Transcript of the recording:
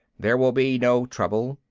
there will be no trouble.